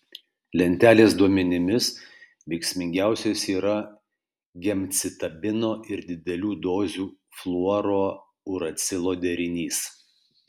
lentelės duomenimis veiksmingiausias yra gemcitabino ir didelių dozių fluorouracilo derinys